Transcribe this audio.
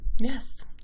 yes